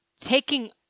Taking